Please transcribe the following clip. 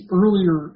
earlier